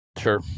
Sure